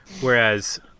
whereas